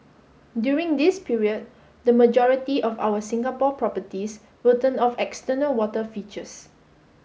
during this period the majority of our Singapore properties will turn off external water features